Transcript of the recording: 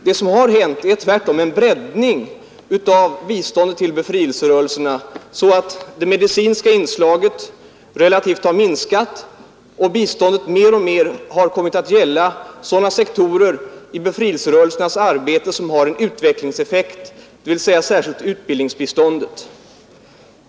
Det som har hänt är tvärtom en breddning av biståndet till befrielserörelserna, så att det medicinska inslaget relativt sett har minskat och biståndet mer och mer kommit att gälla sådana sektorer i befrielserörelsernas arbete som har en utvecklingseffekt, dvs. särskilt utbildningsbiståndet.